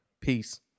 Peace